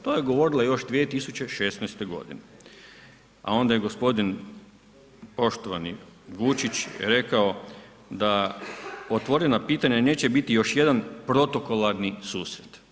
To je govorila još 2016. godine, a onda je gospodin poštovani Vučić rekao da otvorena pitanja neće biti još protokolarni susret.